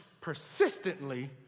persistently